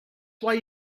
why